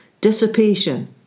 Dissipation